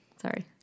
Sorry